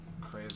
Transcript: Crazy